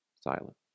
Silent